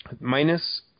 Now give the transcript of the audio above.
minus